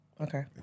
Okay